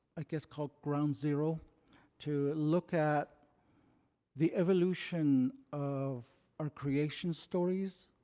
i guess, called ground zero to look at the evolution of our creation stories.